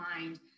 mind